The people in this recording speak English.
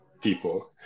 people